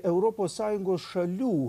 europos sąjungos šalių